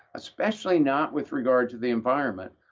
especially not with regard to the environment,